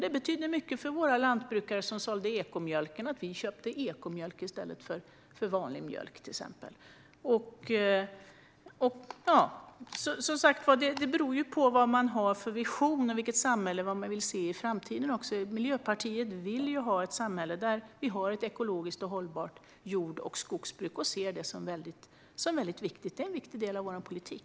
Det betydde mycket för de lantbrukare som sålde ekomjölk att vi köpte ekomjölk i stället för vanlig mjölk. Det beror ju på vad man har för visioner och vilket samhälle man vill se i framtiden. Miljöpartiet vill ha ett samhälle med ett ekologiskt och hållbart jord och skogsbruk. Det är en viktig del av vår politik.